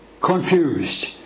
confused